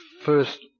first